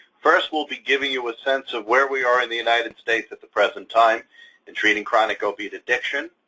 first, we'll be giving you a sense of where we are in the united states at the present time in treating chronic opiate addiction,